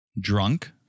Drunk